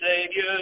Savior